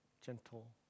gentle